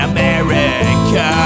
America